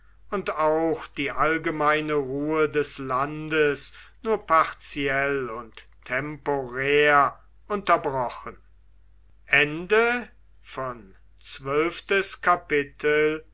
und auch die allgemeine ruhe des landes nur partiell und temporär unterbrochen